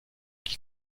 qui